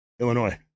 Illinois